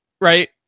right